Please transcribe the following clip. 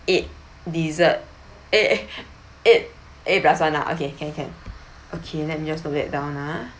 eight dessert eight eight eight plus one lah okay can can okay let me just note that down ah